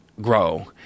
grow